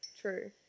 true